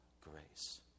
grace